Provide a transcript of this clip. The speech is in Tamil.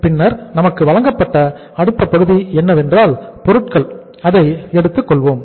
பின்னர் நமக்கு வழங்கப்பட்ட அடுத்த பகுதி என்னவென்றால் பொருட்கள் அதை எடுத்துக் கொள்வோம்